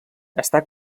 està